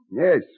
Yes